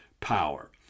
power